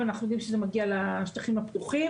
ואנחנו יודעים שזה מגיע לשטחים הפתוחים.